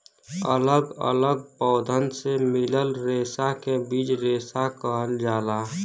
अलग अलग पौधन से मिलल रेसा के बीज रेसा कहल जाला